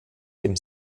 dem